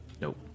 Nope